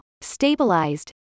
stabilized